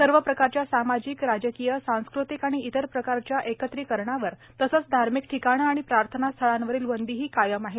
सर्व प्रकारच्या सामाजिक राजकीय सांस्कृतिक आणि इतर प्रकारच्या एकत्रीकरणावर तसेच धार्मिक ठिकाणे आणि प्रार्थना स्थळांवरील बंदीही कायम आहे